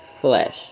flesh